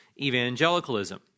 evangelicalism